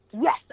yes